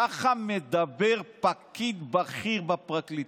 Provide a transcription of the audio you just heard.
ככה מדבר פקיד בכיר בפרקליטות.